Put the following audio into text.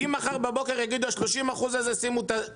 אם מחר בבוקר יגידו לשים את ה-30% האלה בצד,